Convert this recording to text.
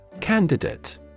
Candidate